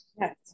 yes